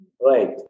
Right